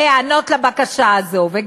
להיענות לבקשה הזו, תודה, גברתי.